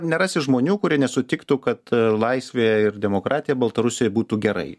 nerasi žmonių kurie nesutiktų kad laisvė ir demokratija baltarusijoj būtų gerai